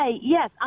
yes